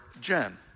Jen